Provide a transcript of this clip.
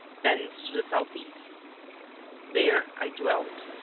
bends to the southeast there i dwelt,